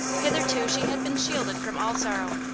hitherto she had been shielded from all sorrow,